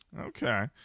Okay